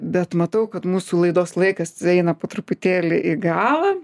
bet matau kad mūsų laidos laikas eina po truputėlį į galą